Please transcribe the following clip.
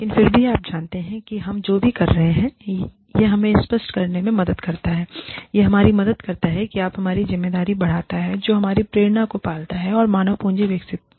लेकिन फिर भी आप जानते हैं कि हम जो भी कह रहे हैं यह हमें स्पष्ट करने में मदद करता हैl यह हमारी मदद करता है यह आप के लिए हमारी जिम्मेदारी बढ़ाता है जो हमारी प्रेरणा को पालता है और मानव पूंजी विकसित हुई है